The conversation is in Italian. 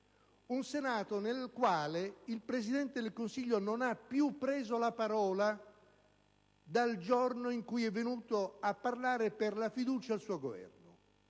un Senato nel quale il Presidente del Consiglio non ha più preso la parola dal giorno in cui è venuto a parlare per chiedere la fiducia al suo Governo;